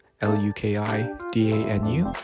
l-u-k-i-d-a-n-u